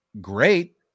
great